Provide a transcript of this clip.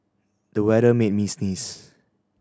the weather made me sneeze